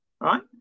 right